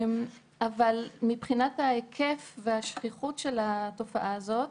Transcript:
מבחינת ההיקף והשכיחות של התופעה הזאת,